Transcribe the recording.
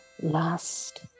last